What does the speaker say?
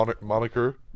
Moniker